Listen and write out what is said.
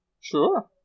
Sure